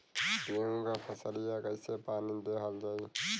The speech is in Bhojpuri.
गेहूँक फसलिया कईसे पानी देवल जाई?